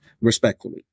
respectfully